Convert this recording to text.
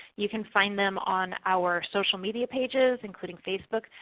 you can find them on our social media pages including facebook.